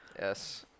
Yes